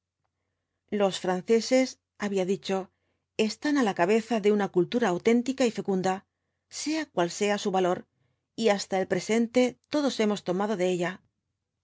los franceses había dicho están á la ca beza de una cultura auténtica y fecunda sea cual sea su valor y hasta el presente todos hemos tomado de ella